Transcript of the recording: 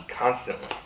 Constantly